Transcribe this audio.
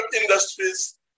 industries